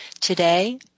Today